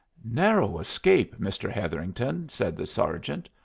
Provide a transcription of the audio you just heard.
narrow escape, mr. hetherington, said the sergeant.